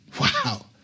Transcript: Wow